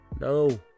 No